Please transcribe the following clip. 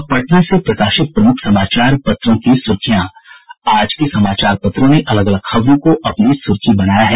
अब पटना से प्रकाशित प्रमुख समाचार पत्रों की सुर्खियां आज के समाचार पत्रों ने अलग अलग खबरों को अपनी सुर्खी बनाया है